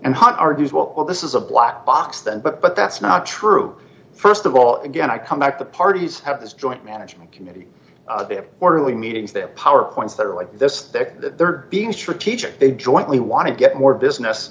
and one argues well well this is a black box then but but that's not true st of all again i come back the parties have this joint management committee they have orderly meetings that power points that are like this they're being strategic they jointly want to get more business